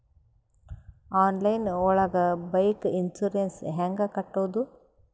Online ಒಳಗೆ bike insurance ಹ್ಯಾಂಗ್ ಕಟ್ಟುದು?